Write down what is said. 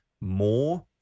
more